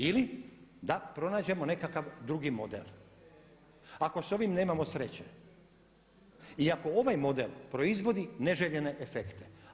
Ili da pronađemo nekakav drugi model ako s ovim nemamo sreće i ako ovaj model proizvodi neželjene efekte.